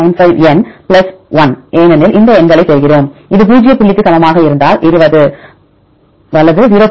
95n 1 ஏனெனில் இந்த எண்களைப் பெறுகிறோம் இது பூஜ்ஜிய புள்ளிக்கு சமமாக இருந்தால் 20 வலது 0